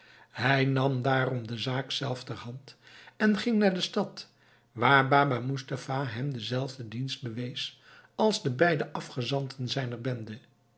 hij nam daarom de zaak zelf ter hand en ging naar de stad waar baba moestapha hem denzelfden dienst bewees als den beiden afgezanten zijner bende